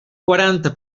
quaranta